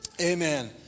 Amen